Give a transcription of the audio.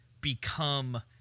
become